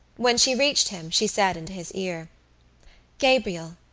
when she reached him she said into his ear gabriel,